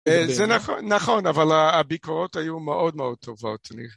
זה נכון, אבל הביקורות היו מאוד מאוד טובות.